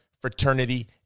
fraternity